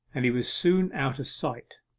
and he was soon out of sight.